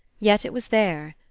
yet it was there.